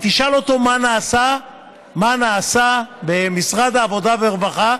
תשאל אותו מה נעשה במשרד העבודה והרווחה,